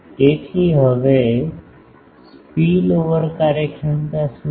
તેથી હવે સ્પીલઓવર કાર્યક્ષમતા શું છે